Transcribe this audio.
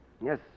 Yes